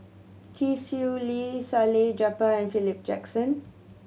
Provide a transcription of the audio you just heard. Chee Swee Lee Salleh Japar and Philip Jackson